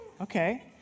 Okay